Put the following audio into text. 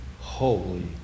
holy